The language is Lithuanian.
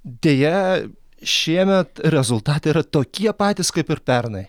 deja šiemet rezultatai yra tokie patys kaip ir pernai